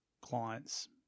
client's